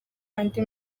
andi